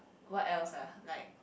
what else ah like